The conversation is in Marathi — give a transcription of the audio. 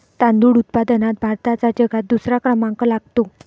तांदूळ उत्पादनात भारताचा जगात दुसरा क्रमांक लागतो